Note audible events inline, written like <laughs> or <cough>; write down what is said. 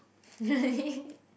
<laughs>